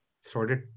sorted